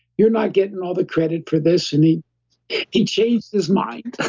you're not getting all the credit for this, and he he changed his mind